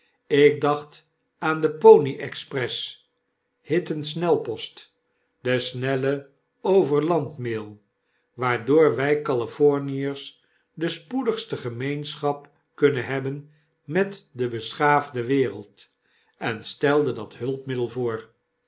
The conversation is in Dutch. ik dacht aan de pony express hitten-snelpost de snelle overland mail waardoor wy californiers despoedigste gemeenschap kunnen hebben met de beschaafde wereld en stelde dat hulpmiddel voor